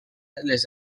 les